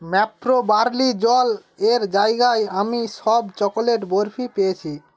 Mapro barley জল এর জায়গায় আমি শব চকোলেট বরফি পেয়েছি